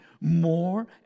more